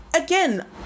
again